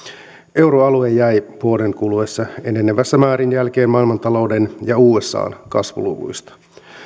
euroalue jäi vuoden kuluessa enenevässä määrin jälkeen maailmantalouden ja usan kasvuluvuista